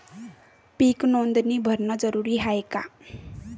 पीक नोंदनी भरनं जरूरी हाये का?